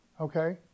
Okay